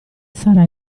sarà